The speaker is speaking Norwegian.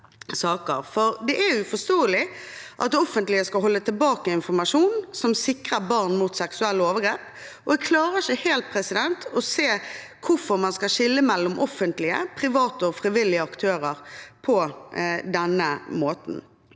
for det er uforståelig at det offentlige skal holde tilbake informasjon som sikrer barn mot seksuelle overgrep. Jeg klarer ikke helt å se hvorfor man skal skille mellom offentlige, private og frivillige aktører på denne måten.